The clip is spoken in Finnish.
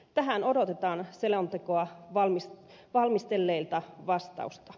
tähän odotetaan selontekoa valmistelleilta vastausta